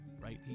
right